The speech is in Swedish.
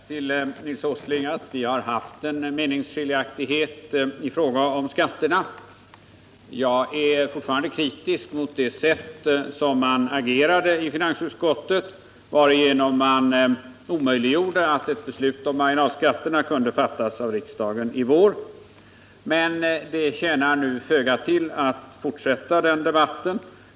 Herr talman! Jag vill säga till Nils Åsling att vi har haft en meningsskiljaktighet i fråga om skatterna. Jag är fortfarande kritisk mot det sätt som man agerade på i finansutskottet, varigenom man omöjliggjorde ett beslut om marginalskatterna i riksdagen i vår. Men det tjänar nu föga till att fortsätta den debatten.